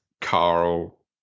Carl